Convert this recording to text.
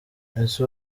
ese